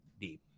deep